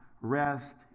rest